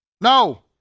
No